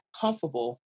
comfortable